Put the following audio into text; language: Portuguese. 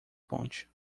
ponte